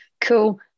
cool